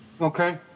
Okay